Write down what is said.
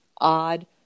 odd